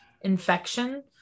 infection